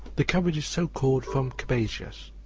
the cabbage is so called from cabagius,